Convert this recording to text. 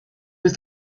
was